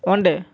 ᱚᱸᱰᱮ